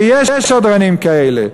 ויש שדרנים כאלה.